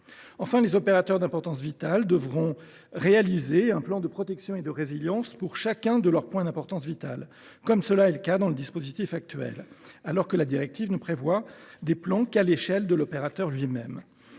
Enfin, les opérateurs d’importance vitale devront réaliser un plan de protection et de résilience pour chacun de leurs points d’importance vitale, comme c’est le cas dans le dispositif actuel, alors que la directive ne prévoit des plans qu’à l’échelle de l’opérateur lui même.